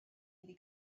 iddi